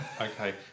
Okay